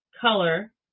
color